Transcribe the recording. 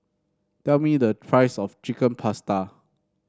tell me the price of Chicken Pasta